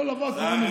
כל דבר קוראים לו